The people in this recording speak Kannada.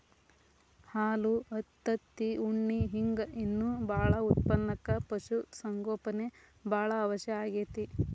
ಹಾಲು ತತ್ತಿ ಉಣ್ಣಿ ಹಿಂಗ್ ಇನ್ನೂ ಬಾಳ ಉತ್ಪನಕ್ಕ ಪಶು ಸಂಗೋಪನೆ ಬಾಳ ಅವಶ್ಯ ಆಗೇತಿ